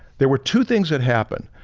there were two things that happened,